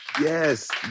Yes